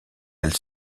elle